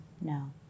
No